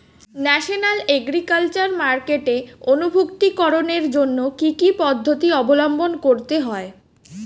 National agriculture মার্কেটে অন্তর্ভুক্তিকরণের জন্য কি কি পদ্ধতি অবলম্বন করতে হয়?